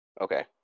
Okay